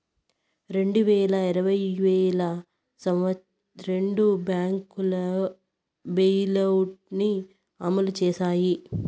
రెండు వేల ఇరవైలో రెండు బ్యాంకులు బెయిలౌట్ ని అమలు చేశాయి